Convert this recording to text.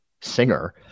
singer